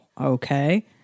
okay